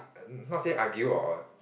err not said argue or or